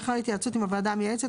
לאחר התייעצות עם הוועדה המייעצת,